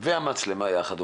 וזה נכון,